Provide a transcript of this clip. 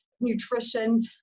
nutrition